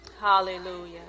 Hallelujah